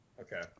Okay